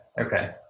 Okay